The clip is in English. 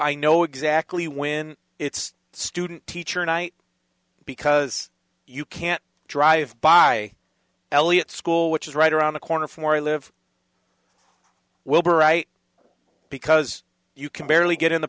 i know exactly when it's student teacher night because you can't drive by elliot school which is right around the corner from where i live wilbur wright because you can barely get in the